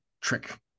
trick